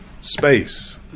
space